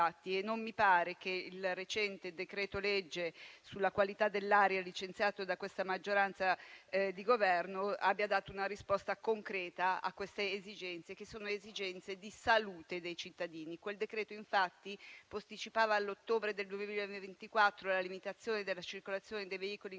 non mi pare che il recente decreto-legge sulla qualità dell'aria licenziato da questa maggioranza di Governo abbia dato una risposta concreta a queste esigenze, che riguardano la salute dei cittadini. Quel decreto-legge infatti posticipa a ottobre 2024 la limitazione della circolazione dei veicoli inquinanti